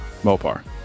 Mopar